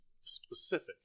specific